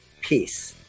Peace